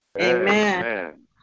Amen